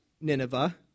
Nineveh